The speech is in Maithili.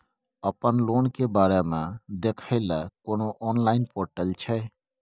अपन लोन के बारे मे देखै लय कोनो ऑनलाइन र्पोटल छै?